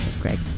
Greg